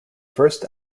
first